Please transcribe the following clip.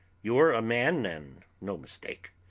you're a man and no mistake.